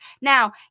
Now